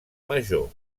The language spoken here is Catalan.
major